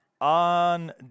on